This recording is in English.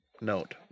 note